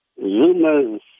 Zuma's